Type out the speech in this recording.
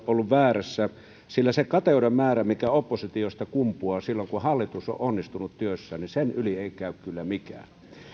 ollut väärässä sillä sen kateuden määrän yli mikä oppositiosta kumpuaa silloin kun hallitus on onnistunut työssään ei käy kyllä mikään